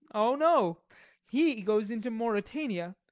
o, no he goes into mauritania,